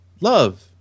love